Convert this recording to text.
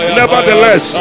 nevertheless